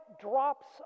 drops